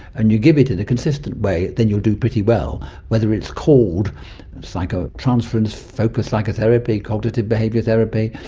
and you give it in a consistent way, then you'll do pretty well, whether it's called psychotransference, focused psychotherapy, cognitive behavioural therapy,